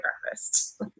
breakfast